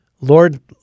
Lord